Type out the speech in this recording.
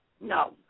No